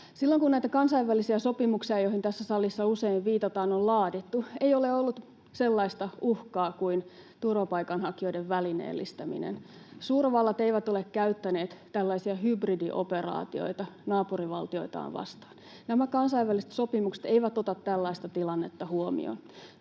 Silloin kun näitä kansainvälisiä sopimuksia, joihin tässä salissa usein viitataan, on laadittu, ei ole ollut sellaista uhkaa kuin turvapaikanhakijoiden välineellistäminen. [Arto Satonen: Se on totta!] Suurvallat eivät ole käyttäneet tällaisia hybridioperaatioita naapurivaltioitaan vastaan. Nämä kansainväliset sopimukset eivät ota tällaista tilannetta huomioon.